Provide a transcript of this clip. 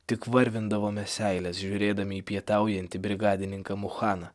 tik varvindavome seiles žiūrėdami į pietaujantį brigadininką muchaną